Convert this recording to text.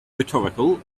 rhetorical